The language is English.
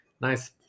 nice